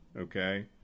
Okay